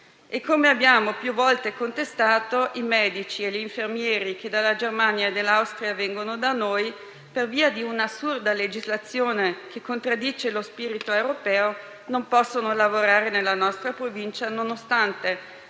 come abbiamo più volte contestato, i medici e gli infermieri che dalla Germania e dall'Austria vengono da noi, per via di un'assurda legislazione che contraddice lo spirito europeo, non possono lavorare nella nostra Provincia, nonostante